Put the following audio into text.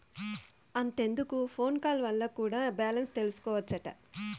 అంతెందుకు phone call వల్ల కూడా బాలెన్స్ తెల్సికోవచ్చట